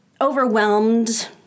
overwhelmed